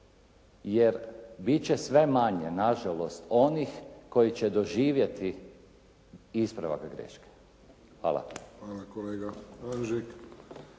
jer bit će sve manje nažalost onih koji će doživjeti ispravak greške. Hvala. **Friščić, Josip